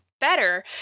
better